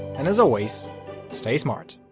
and as always stay smart.